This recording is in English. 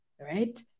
right